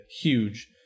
huge